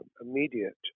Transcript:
immediate